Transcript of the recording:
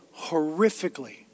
horrifically